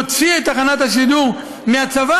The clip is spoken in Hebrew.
מוציא את תחנת השידור מהצבא,